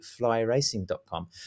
flyracing.com